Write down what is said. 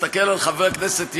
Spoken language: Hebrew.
תסתכל על חבר הכנסת ילין,